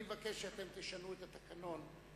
אני מבקש שאתם תשנו את התקנון,